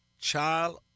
child